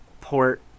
port